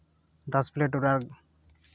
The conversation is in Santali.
ᱫᱚᱥ ᱯᱞᱮᱴ ᱚᱰᱟᱨ